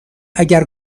اگر